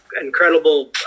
incredible